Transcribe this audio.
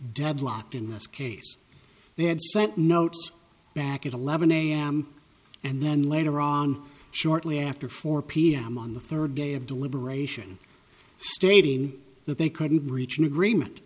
deadlocked in this case they had sent notes back at eleven am and then later on shortly after four pm on the third day of deliberation stating that they couldn't reach an agreement